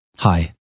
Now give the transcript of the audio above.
Hi